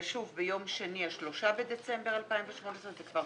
ישוב ביום שני ה-3 בדצמבר 2018 זה כבר